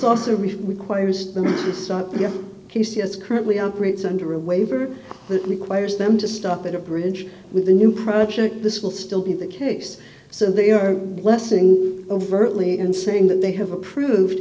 also requires q c as currently operates under a waiver that requires them to stop at a bridge with a new project this will still be the case so they are blessing overtly and saying that they have approved